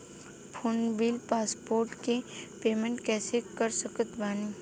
Phone bill postpaid के payment कैसे कर सकत बानी?